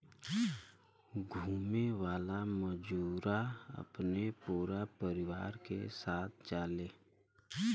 घुमे वाला मजूरा अपने पूरा परिवार के साथ जाले